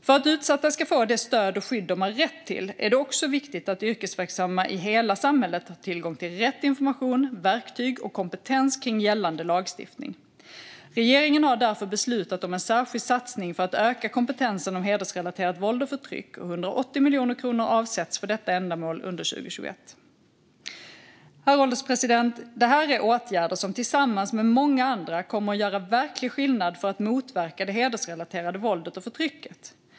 För att utsatta ska få det stöd och skydd de har rätt till är det också viktigt att yrkesverksamma i hela samhället har tillgång till rätt information, verktyg och kompetens kring gällande lagstiftning. Regeringen har därför beslutat om en särskild satsning för att öka kompetensen om hedersrelaterat våld och förtryck, och 180 miljoner kronor avsätts för detta ändamål under 2021. Herr ålderspresident! Det här är åtgärder som tillsammans med många andra kommer att göra verklig skillnad för att motverka det hedersrelaterade våldet och förtrycket.